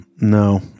No